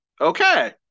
okay